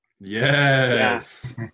Yes